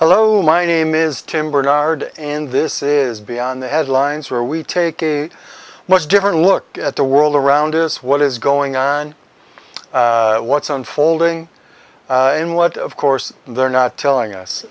hello my name is tim bernard and this is beyond the headlines where we take a much different look at the world around us what is going on what's unfolding and what of course they're not telling us